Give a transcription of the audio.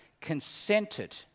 consented